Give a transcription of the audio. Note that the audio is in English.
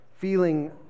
feeling